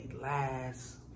last